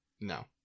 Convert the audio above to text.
No